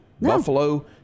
Buffalo